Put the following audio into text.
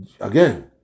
again